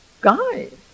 guys